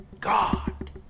God